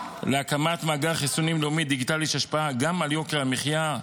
להקמת מאגר חיסונים לאומי דיגיטלי יש השפעה גם על יוקר המחיה.